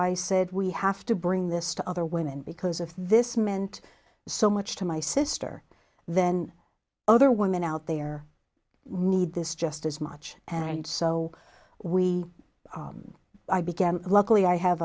i said we have to bring this to other women because of this meant so much to my sister then other women out there need this just as much and so we i began luckily i have